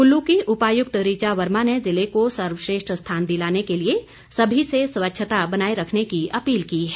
कुल्लू की उपायुक्त ऋचा वर्मा ने जिले को सर्वश्रेष्ठ स्थान दिलाने के लिए सभी से स्वच्छता बनाए रखने की अपील की है